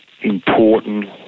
important